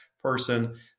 person